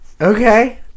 Okay